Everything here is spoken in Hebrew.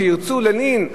כשירצו להלין,